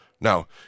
Now